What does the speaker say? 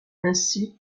ainsi